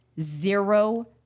zero